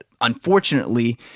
unfortunately